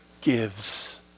gives